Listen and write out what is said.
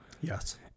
Yes